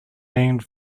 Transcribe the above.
named